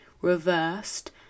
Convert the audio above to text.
reversed